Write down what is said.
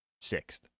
sixth